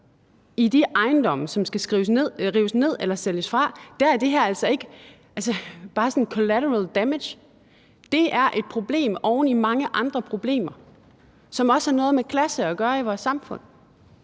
i de ejendomme, som skal rives ned eller sælges fra, er det her altså ikke bare sådan collateral damage. Det er et problem oven i mange andre problemer, som også har noget at gøre med klasser i vores samfund